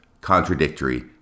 contradictory